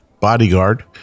Bodyguard